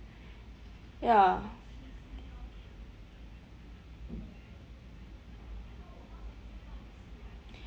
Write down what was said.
ya